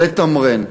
לתמרן.